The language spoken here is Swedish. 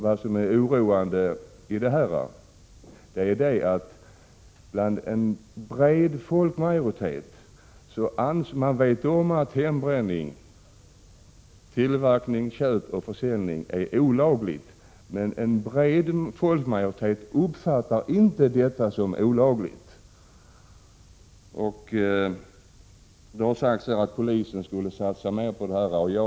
Vad som är oroande är att människor visserligen vet om att tillverkning, köp och försäljning av hembrända spritdrycker är olaglig, men att en bred folkmajoritet inte uppfattar hembränningen som olaglig. Det har sagts att polisen borde satsa mer på att beivra hembränningen.